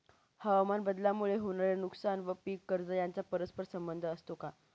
हवामानबदलामुळे होणारे नुकसान व पीक कर्ज यांचा परस्पर संबंध असतो का?